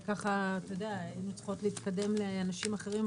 שהיינו צריכים להתקדם לאנשים אחרים,